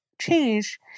change